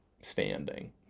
standing